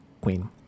queen